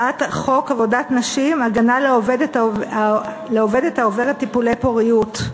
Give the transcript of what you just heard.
הצעת חוק עבודת נשים (הגנה לעובדת העוברת טיפולי פוריות)